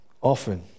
often